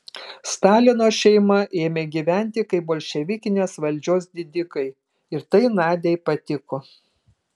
stalino šeima ėmė gyventi kaip bolševikinės valdžios didikai ir tai nadiai patiko